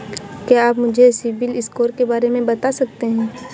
क्या आप मुझे सिबिल स्कोर के बारे में बता सकते हैं?